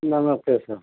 नमस्ते सर